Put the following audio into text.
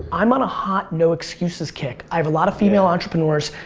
i'm on a hot no excuses kick. i have a lot of female entrepreneurs,